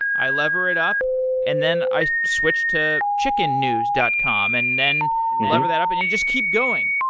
i lever it up and then i switch to chickennews dot com and then lever that up and you just keep going.